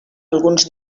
alguns